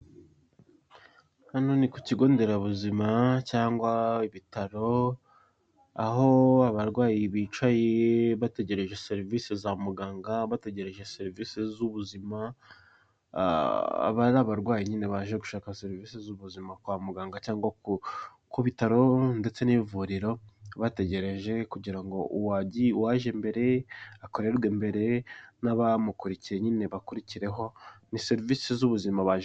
Hano ni kukigo nderabuzima cyangwa ibitaro aho abarwayi bicaye bategereje serivise za muganga, bategereje serivise z'ubuzima. Aba ari abarwayi nyine baje gushaka serivise z'ubuzima kwa muganga cyangwa ku bitaro ndetse n'ivuriro bategereje kugirango uwagiye uwaje mbere akorerwe mbere n'abamukurikiye nyine bakurikireho, ni servise z'ubuzima baje.